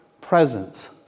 presence